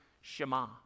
Shema